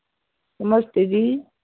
नमस्ते जी